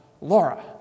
Laura